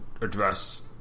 Address